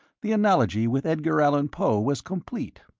the analogy with edgar allan poe was complete.